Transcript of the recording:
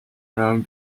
own